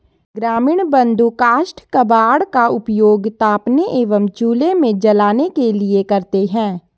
ग्रामीण बंधु काष्ठ कबाड़ का उपयोग तापने एवं चूल्हे में जलाने के लिए करते हैं